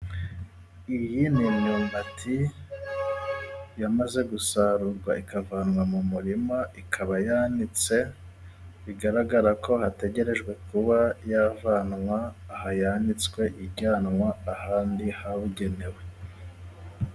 Iyi ni imyumbati yamaze gusarurwa ikavanwa mu murima, ikaba yanitse bigaragara ko hategerejwe kuba yavanwa aha yanitswe, ijyanwa ahandi habugenewe.